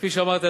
כפי שאמרתי,